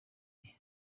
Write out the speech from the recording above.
gihe